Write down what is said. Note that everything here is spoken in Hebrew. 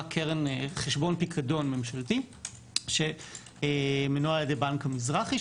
חשבון פיקדון ממשלתי שמנוהל על ידי בנק המזרחי,